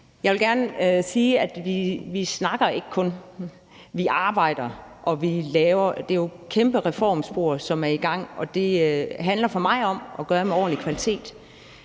Jeg vil gerne sige, at vi ikke kun snakker; vi arbejder. Det er jo et kæmpe reformspor, som er i gang, og det handler for mig om at gøre det med ordentlig kvalitet.